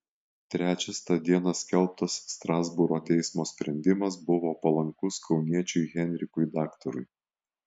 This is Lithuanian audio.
trečias tą dieną skelbtas strasbūro teismo sprendimas buvo palankus kauniečiui henrikui daktarui